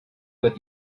with